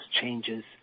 changes